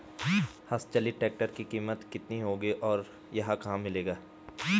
हस्त चलित ट्रैक्टर की कीमत कितनी होगी और यह कहाँ मिलेगा?